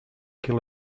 kill